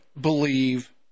believe